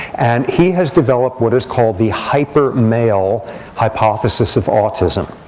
and he has developed what is called the hyper male hypothesis of autism.